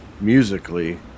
musically